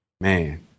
man